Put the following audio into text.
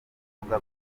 kuvuga